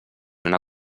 una